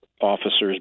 officers